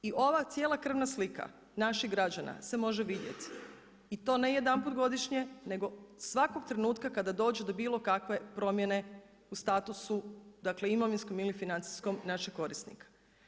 I ova cijela krvna slika naših građana se može vidjeti i to ne jedanput godišnje nego svakog trenutka kada dođe do bilo kakve promjene u statusu, dakle imovinskom ili financijskom naših korisnika.